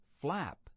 flap